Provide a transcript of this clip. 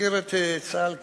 מכיר את צה"ל כמוני,